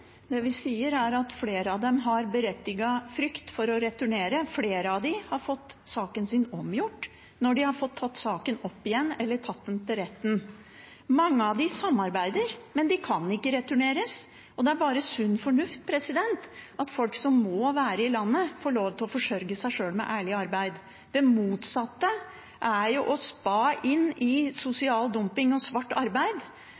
Det vi sier, er at flere av dem har berettiget frykt for å returnere. Flere av dem har fått saken sin omgjort når de har fått tatt saken opp igjen eller har tatt den til retten. Mange av dem samarbeider, men de kan ikke returneres, og det er bare sunn fornuft at folk som må være i landet, får lov til å forsørge seg sjøl med ærlig arbeid. Det motsatte er å spa inn i